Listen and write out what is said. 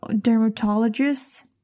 dermatologist